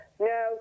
No